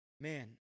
man